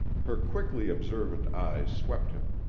her quickly observant eyes swept him.